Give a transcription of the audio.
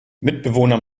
mitbewohner